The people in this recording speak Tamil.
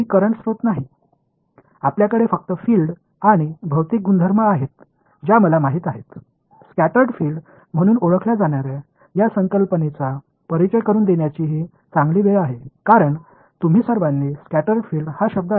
இந்த இரண்டு சமன்பாடுகளின் அழகு என்னவென்றால் அது உங்களிடம் மட்டுமே உள்ளது உங்களிடம் மின்சார ஆதாரங்கள் எதுவும் இல்லை எனக்குத் தெரிந்த புலங்கள் மற்றும் பொருள்களின் பண்புகள் உங்களிடம் உள்ளன